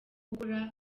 gukora